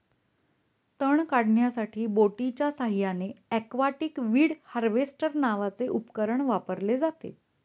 तण काढण्यासाठी बोटीच्या साहाय्याने एक्वाटिक वीड हार्वेस्टर नावाचे उपकरण वापरले जाते